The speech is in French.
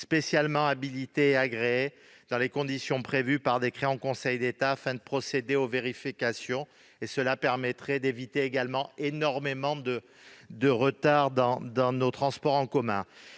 spécialement habilités et agréés, dans des conditions prévues par décret en Conseil d'État, afin de procéder aux vérifications. Cela permettrait également d'éviter énormément de retards dans nos transports en commun.